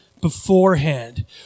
beforehand